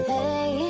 Hey